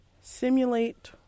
simulate